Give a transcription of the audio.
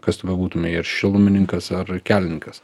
kas tu bebūtumei ar šilumininkas ar kelininkas